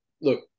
look